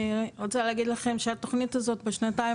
אני רוצה להגיד לכם שהתוכנית הזאת בשנתיים